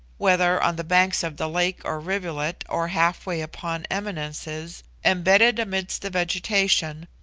whether on the banks of the lake or rivulet, or half-way upon eminences, embedded amidst the vegetation,